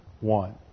one